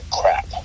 crap